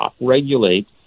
regulate